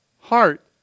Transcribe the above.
heart